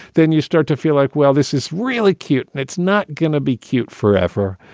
then you start to feel like, well, this is really cute and it's not gonna be cute forever.